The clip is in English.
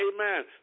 amen